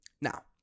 now